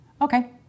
Okay